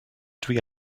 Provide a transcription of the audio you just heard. dwi